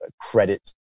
credit